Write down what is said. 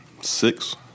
six